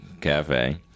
cafe